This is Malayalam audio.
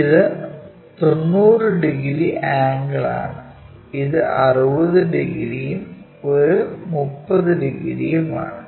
ഇത് 90 ഡിഗ്രി ആംഗിൾ ആണ് ഇത് 60 ഡിഗ്രിയും ഒരു 30 ഡിഗ്രിയും ആണ്